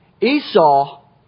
Esau